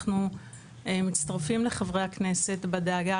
אנחנו מצטרפים לדאגה של חברי הכנסת בכך